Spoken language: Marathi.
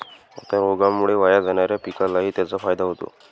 आता रोगामुळे वाया जाणाऱ्या पिकालाही त्याचा फायदा होतो